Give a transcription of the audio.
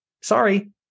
sorry